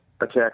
attack